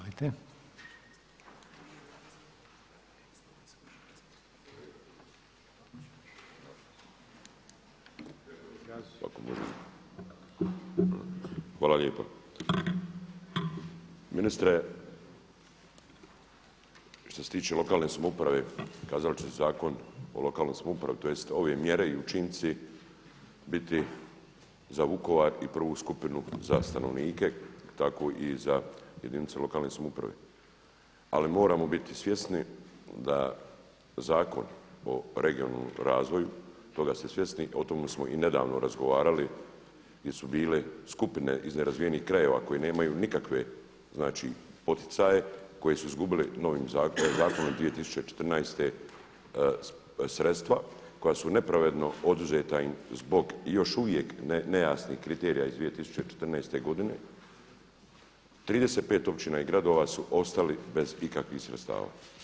Ministre, što se tiče lokalne samouprave, kazali ste Zakon o lokalnoj samoupravi tj. ove mjere i učinci biti za Vukovar i prvu skupinu za stanovnike tako i za jedinice lokalne samouprave, ali moramo biti svjesni da Zakon o regionalnom razvoju toga ste svjesni, a o tome smo i nedavno razgovarali gdje su bile skupine iz nerazvijenih krajeva koji nemaju nikakve poticaje, koji su izgubili zakonom iz 2014. sredstva koja su nepravedno oduzeta im zbog još uvijek nejasnih kriterija iz 2014. godine, 35 općina i gradova su ostali bez ikakvih sredstava.